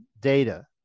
data